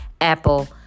Apple